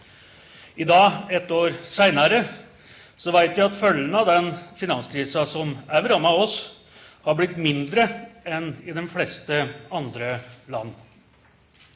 I dag, ett år senere, vet vi at følgene av den finanskrisen, som også rammet oss, har blitt mindre enn i de fleste andre land.